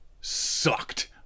sucked